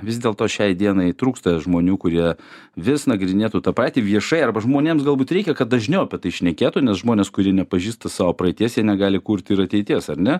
vis dėlto šiai dienai trūksta žmonių kurie vis nagrinėtų tą patį viešai arba žmonėms galbūt reikia kad dažniau apie tai šnekėtų nes žmonės kurie nepažįsta savo praeities jie negali kurti ir ateities ar ne